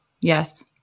Yes